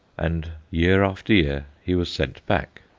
and year after year he was sent back.